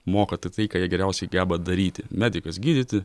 moka tatai ką jie geriausiai geba daryti medikas gydyti